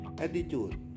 attitude